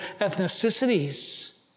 ethnicities